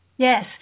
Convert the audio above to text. Yes